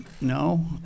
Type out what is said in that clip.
no